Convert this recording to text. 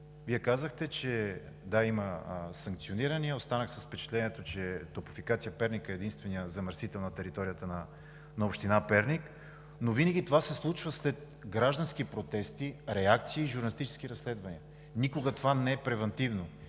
Вие казахте, че – да, има санкционирания. Останах с впечатлението, че „Топлофикация – Перник“ е единственият замърсител на територията на община Перник, но винаги това се случва след граждански протести, реакции и журналистически разследвания. Никога това не е превантивно.